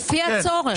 לפי הצורך.